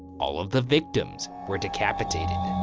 all of the victims were decapitated,